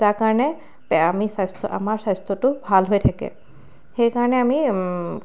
যাৰ কাৰণে আমি স্বাস্থ্যটো আমাৰ স্বাস্থ্যটো ভাল হৈ থাকে সেইকাৰণে আমি